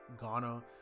ghana